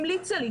המליצה לי.